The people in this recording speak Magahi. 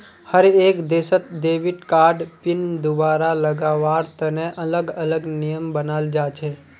हर एक देशत डेबिट कार्ड पिन दुबारा लगावार तने अलग अलग नियम बनाल जा छे